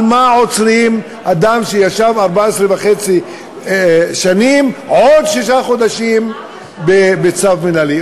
על מה עוצרים אדם שישב 14 שנים וחצי עוד שישה חודשים בצו מינהלי?